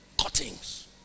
Cuttings